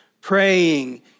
praying